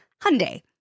Hyundai